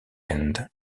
end